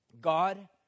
God